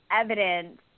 evidence